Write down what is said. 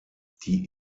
die